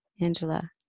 Angela